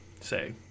say